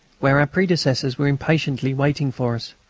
where our predecessors were impatiently waiting for us.